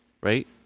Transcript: right